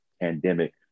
pandemic